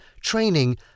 training